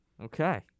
Okay